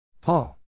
Paul